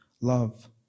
love